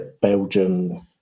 Belgium